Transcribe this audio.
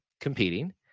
competing